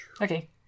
Okay